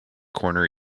corner